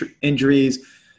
injuries